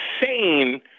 insane